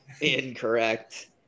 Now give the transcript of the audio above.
incorrect